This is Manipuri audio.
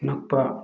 ꯅꯛꯄ